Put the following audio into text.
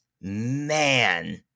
man